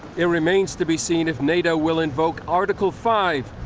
it remains to be seen if nato will invoke article five.